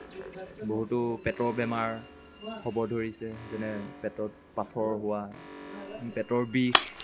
বহুতো পেটৰ বেমাৰ হ'ব ধৰিছে যেনে পেটত পাথৰ হোৱা পেটৰ বিষ